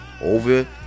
over